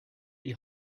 die